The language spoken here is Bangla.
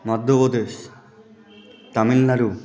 মাধ্যপ্রদেশ তামিলনাড়ু